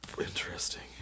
Interesting